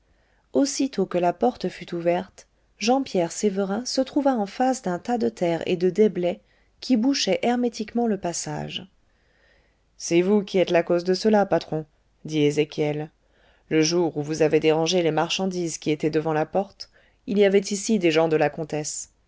aussitôt que la porte fut ouverte jean pierre sévérin se trouva en face d'un tas de terre et de déblais qui bouchaient hermétiquement le passage c'est vous qui êtes la cause de cela patron dit ezéchiel le jour où vous avez dérangé les marchandises qui étaient devant la porte il y avait ici des gens de la comtesse